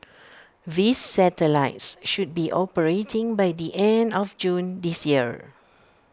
these satellites should be operating by the end of June this year